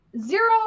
zero